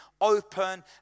open